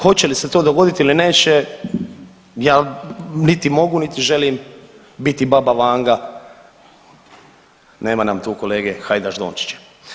Hoće li ste to dogoditi ili neće, ja niti mogu niti želim biti baba Vanga, nema nam tu kolege Hajdaš Dončića.